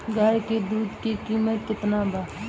गाय के दूध के कीमत केतना बा?